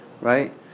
right